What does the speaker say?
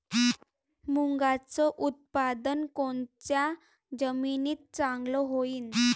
मुंगाचं उत्पादन कोनच्या जमीनीत चांगलं होईन?